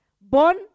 born